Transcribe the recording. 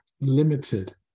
limited